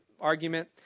argument